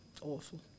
awful